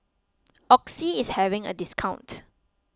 Oxy is having a discount